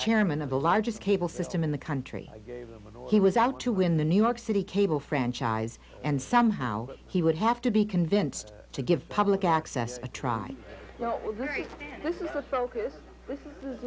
chairman of the largest cable system in the country he was out to win the new york city cable franchise and somehow he would have to be convinced to give public access a try this is